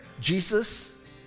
Jesus